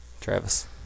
Travis